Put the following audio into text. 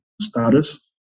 status